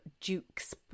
Dukes